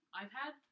iPad